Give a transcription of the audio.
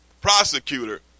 prosecutor